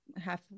half